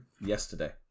yesterday